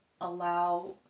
allow